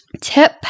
Tip